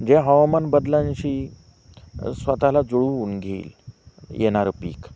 जे हवामानबदलांशी स्वतःला जुळूवून घेईल येणारं पीक